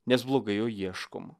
nes blogai jo ieškom